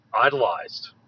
idolized